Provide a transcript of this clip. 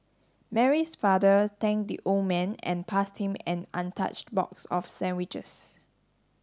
Mary's father thank the old man and passed him an untouched box of sandwiches